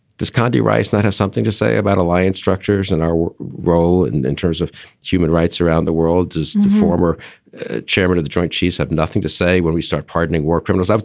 does condy rice that have something to say about alliance structures and our role and in terms of human rights around the world? does the former chairman of the joint chiefs have nothing to say when we start pardoning war criminals?